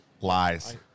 Lies